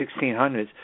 1600s